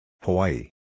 Hawaii